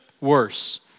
worse